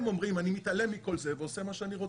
הם אומרים: אני מתעלם מכל זה ועושה מה שאני רוצה,